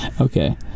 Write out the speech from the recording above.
Okay